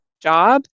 job